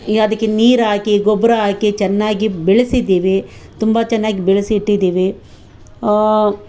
ಅದಕ್ಕೆ ನೀರು ಹಾಕಿ ಗೊಬ್ಬರ ಹಾಕಿ ಚೆನ್ನಾಗಿ ಬೆಳೆಸಿದ್ದೀವಿ ತುಂಬ ಚೆನ್ನಾಗಿ ಬೆಳೆಸಿಟ್ಟಿದ್ದೀವಿ